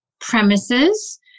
premises